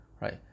right